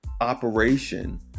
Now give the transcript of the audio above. operation